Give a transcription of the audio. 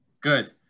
Good